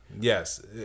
Yes